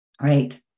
right